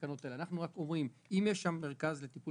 אנחנו רק אומרים שאם יש שם מרכז לטיפול